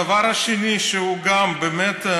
עכשיו, הדבר השני, שהוא גם באמת,